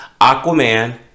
aquaman